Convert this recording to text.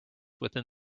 within